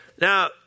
Now